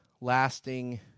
lasting